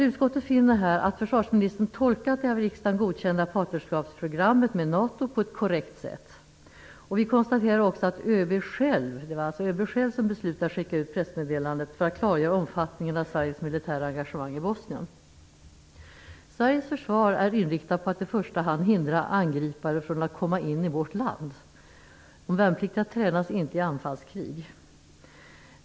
Utskottet finner att försvarsministern tolkat det av riksdagen godkända partnerskapsprogrammet med NATO på ett korrekt sätt. Vi konstaterar också att det var ÖB själv som beslutade att skicka ut pressmeddelandet för att klargöra omfattningen av Sveriges militära engagemang i Bosnien. Sveriges försvar är inriktat på att i första han hindra angripare från att komma in i vårt land. De värnpliktiga tränas inte i anfallskrig.